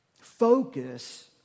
Focus